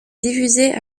diffusés